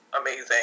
Amazing